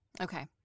Okay